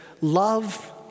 love